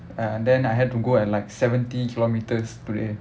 ya and then I had to go at like seventy kilometres today